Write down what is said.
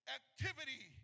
activity